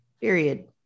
Period